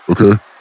okay